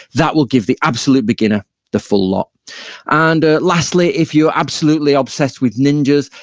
that will give the absolute beginner the full lot and ah lastly, if you're absolutely obsessed with ninjas,